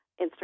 Instagram